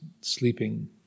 sleeping